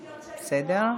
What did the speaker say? בסדר.